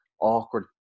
awkward